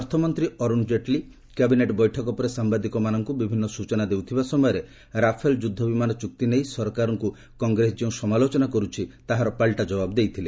ଅର୍ଥମନ୍ତ୍ରୀ ଅରୁଣ ଜେଟ୍ଲୀ କ୍ୟାବିନେଟ୍ ବୈଠକ ପରେ ସାମ୍ଭାଦିକମାନଙ୍କୁ ବିଭିନ୍ନ ସ୍ବଚନା ଦେଉଥିବା ସମୟରେ ରାଫେଲ ଯୁଦ୍ଧ ବିମାନ ଚୁକ୍ତି ନେଇ ସରକାରଙ୍କୁ କଂଗ୍ରେସ ଯେଉଁ ସମାଲୋଚନା କରୁଛି ତାହାର ପାଲଟା ଜବାବ ଦେଇଥିଲେ